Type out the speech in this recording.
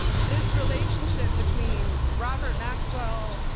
this relationship between robert maxwell,